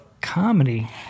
comedy